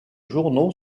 journaux